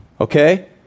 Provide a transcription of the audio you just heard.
Okay